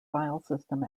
filesystem